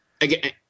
Again